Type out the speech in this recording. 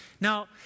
Now